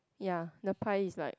ya the pie is like